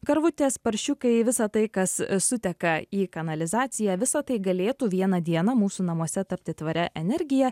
karvutės paršiukai visa tai kas suteka į kanalizaciją visa tai galėtų vieną dieną mūsų namuose tapti tvaria energija